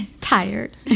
Tired